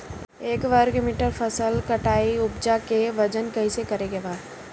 एक वर्ग मीटर फसल कटाई के उपज के वजन कैसे करे के बा?